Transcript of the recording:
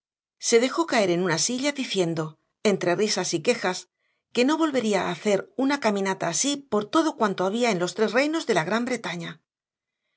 se dejó caer en una silla diciendo entre risas y quejas que no volvería a hacer una caminata así por todo cuanto había en los tres reinos de la gran bretaña